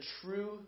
true